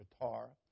guitar